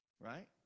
Right